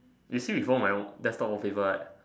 you see before my desktop wallpaper right